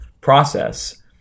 process